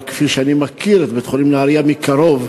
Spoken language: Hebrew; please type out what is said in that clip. אבל כפי שאני מכיר את בית-חולים נהרייה, מקרוב,